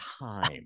time